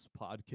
podcast